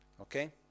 Okay